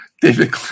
David